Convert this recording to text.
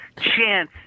chance